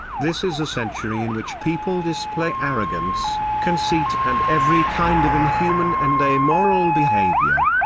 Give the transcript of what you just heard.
this is a century in which people display arrogance, conceit and every kind of inhuman and amoral behavior.